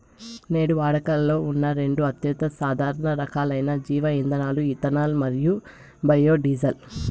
నేడు వాడుకలో ఉన్న రెండు అత్యంత సాధారణ రకాలైన జీవ ఇంధనాలు ఇథనాల్ మరియు బయోడీజిల్